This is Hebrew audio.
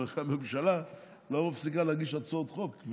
כי הממשלה לא מפסיקה להגיש הצעות חוק,